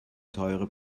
teure